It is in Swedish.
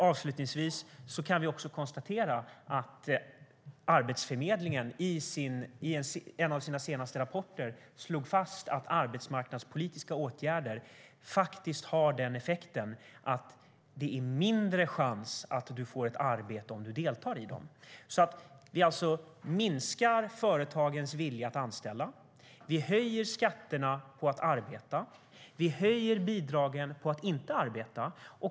Avslutningsvis kan vi konstatera att Arbetsförmedlingen i en av sina senaste rapporter slog fast att arbetsmarknadspolitiska åtgärder har den effekten att det är mindre chans att du får ett arbete om du deltar i dem. Det minskar företagens vilja att anställa. Vi höjer skatterna på att arbeta. Vi höjer bidragen för att inte arbeta.